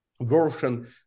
version